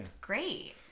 Great